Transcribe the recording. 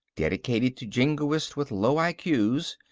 dedicated to jingoists with low i q s.